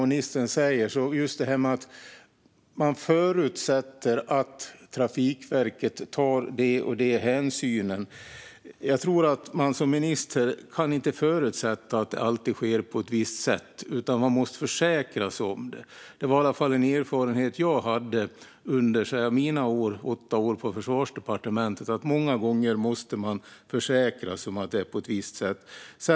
Ministern säger att han förutsätter att Trafikverket tar olika hänsyn. Jag tror att man som minister inte alltid kan förutsätta att saker och ting sker på ett visst sätt utan måste försäkra sig om det. Det var i alla fall en erfarenhet jag gjorde under mina åtta år på Försvarsdepartementet - många gånger måste man försäkra sig om att det är på ett visst sätt.